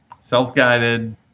Self-guided